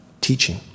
teaching